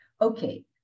Okay